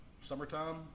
Summertime